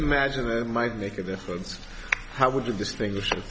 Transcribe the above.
imagine might make a difference how would you distinguish i